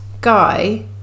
guy